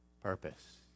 purpose